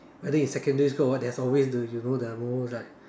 I think in secondary school or what there is always the you know the most like